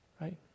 right